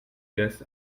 guest